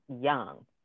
young